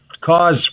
cause